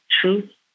truth